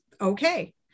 okay